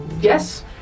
Yes